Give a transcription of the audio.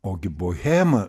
ogi bohema